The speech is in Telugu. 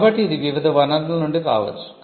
కాబట్టి ఇది వివిధ వనరుల నుండి రావచ్చు